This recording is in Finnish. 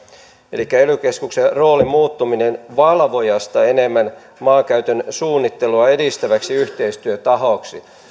elikkä ely keskuksen rooli muuttuu valvojasta enemmän maankäytön suunnittelua edistäväksi yhteistyötahoksi